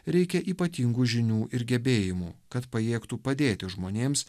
reikia ypatingų žinių ir gebėjimų kad pajėgtų padėti žmonėms